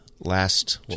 last